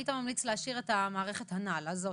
אתה היית ממליץ להשאיר את המערכת הזאת?